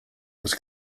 was